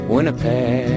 Winnipeg